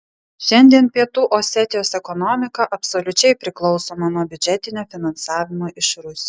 šiandien pietų osetijos ekonomika absoliučiai priklausoma nuo biudžetinio finansavimo iš rusijos